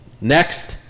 Next